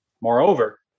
Moreover